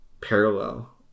parallel